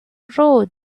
road